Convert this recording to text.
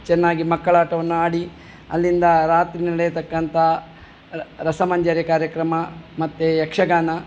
ಚೆನ್ನಾಗಿ ಮಕ್ಕಳಾಟವನ್ನು ಆಡಿ ಅಲ್ಲಿಂದ ರಾತ್ರಿ ನಡೆಯತಕ್ಕಂಥ ರಸಮಂಜರಿ ಕಾರ್ಯಕ್ರಮ ಮತ್ತು ಯಕ್ಷಗಾನ